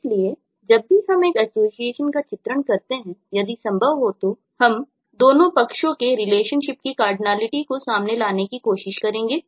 इसलिए जब भी हम एक एसोसिएशन का चित्रण करते हैं यदि संभव हो तो हम दोनों पक्षों के रिलेशनशिप की कार्डिनैलिटी को सामने लाने की कोशिश करेंगे